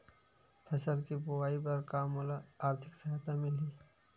फसल के बोआई बर का मोला आर्थिक सहायता मिलही?